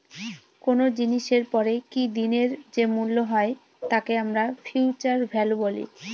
কোনো জিনিসের পরে কি দিনের যে মূল্য হয় তাকে আমরা ফিউচার ভ্যালু বলি